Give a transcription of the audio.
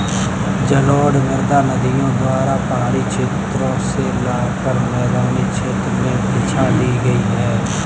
जलोढ़ मृदा नदियों द्वारा पहाड़ी क्षेत्रो से लाकर मैदानी क्षेत्र में बिछा दी गयी है